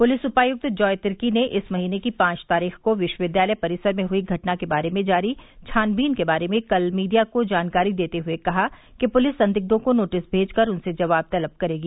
police उपायुक्त जॉय तिर्की ने इस महीने की पांच तारीख को विश्वविद्यालय परिसर में हई घटना के बारे में जारी छानबीन के बारे में कल मीडिया को जानकारी देते हए कहा कि पुलिस संदिग्यों को नोटिस भेज कर उनसे जवाब तलब करेगी